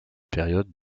période